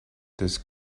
this